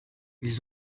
ils